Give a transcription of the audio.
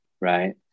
Right